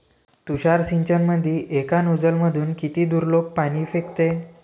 तुषार सिंचनमंदी एका नोजल मधून किती दुरलोक पाणी फेकते?